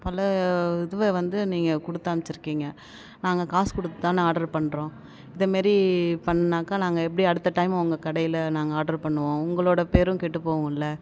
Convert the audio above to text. பழைய இதுவ வந்து நீங்கள் கொடுத்தமச்சிருக்கீங்க நாங்கள் காசு கொடுத்துதான ஆர்டர் பண்ணுறோம் இதை மாரி பண்ணுனாக்கா நாங்கள் எப்படி அடுத்த டைம் உங்க கடையில் நாங்கள் ஆர்டர் பண்ணுவோம் உங்களோடய பேரும் கெட்டு போகும் இல்லை